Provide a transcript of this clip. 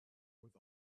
with